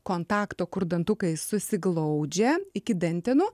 kontakto kur dantukai susiglaudžia iki dantenų